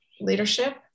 leadership